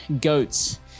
goats